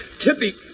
Tippy